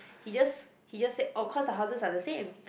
he just he just say oh cause the houses are the same